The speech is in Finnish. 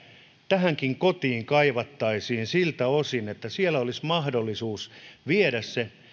tähänkin kotiin kaivattaisiin siltä osin että siellä olisi mahdollisuus viedä se